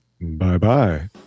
bye-bye